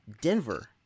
Denver